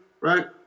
right